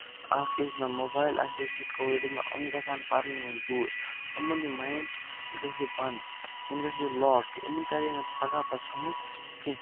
اَکھ کیٛاہ چھِ نہٕ موبایل آسہِ ہے کہِ کووِڈ منٛز أمۍ گژھان پَرنہِ نِش دوٗر یِمَن یہِ مایِنٛڈ یہِ گژھِ یہِ بَنٛد یِمَن گژھِ ہے لوس کہِ یِمَن تَرِ ہے نہٕ صبُحس پَتہٕ پَگہہ پَتہٕ سَمٕجھ کیٚنہہ